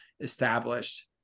established